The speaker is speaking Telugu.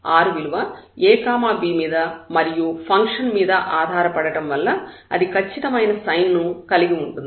r విలువ a b మీద మరియు ఫంక్షన్ మీద ఆధారపడటం వల్ల అది ఖచ్చితమైన సైను ను కలిగి ఉంటుంది